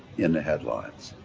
in the headlines.